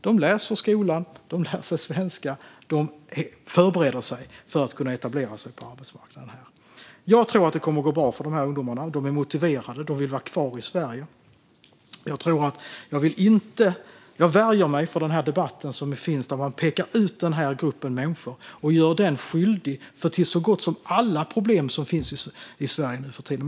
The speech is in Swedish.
De går i skolan, lär sig svenska och förbereder sig för att kunna etablera sig på arbetsmarknaden här. Jag tror att det kommer att gå bra för de ungdomarna. De är motiverade, och de vill vara kvar i Sverige. Jag värjer mig för den debatt som finns där man pekar ut den här gruppen människor och gör den skyldig för så gott som alla problem som finns i Sverige nu för tiden.